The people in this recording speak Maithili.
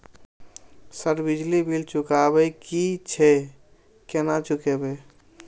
सर बिजली बील चुकाबे की छे केना चुकेबे?